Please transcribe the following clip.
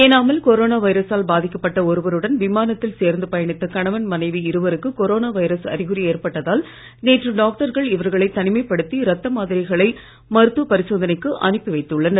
ஏனாமில் கொரோனா வைரசால் பாதிக்கப்பட்ட ஒருவருடன் விமானத்தில் சேர்ந்து பயணித்த கணவன் மனைவி இருவருக்கு கொரோனா வைரஸ் அறிகுறி ஏற்பட்டதால் நேற்று டாக்டர்கள் இவர்களை தனிமைப்படுத்தி இரத்த மாதிரிகளை மருத்துவ பரிசோதனைக்கு அனுப்பி வைத்துள்ளனர்